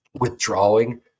Withdrawing